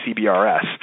CBRS